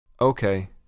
Okay